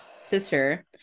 sister